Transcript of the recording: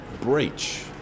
breach